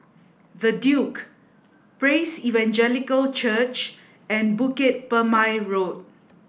the Duke Praise Evangelical Church and Bukit Purmei Road